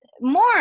more